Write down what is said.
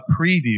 preview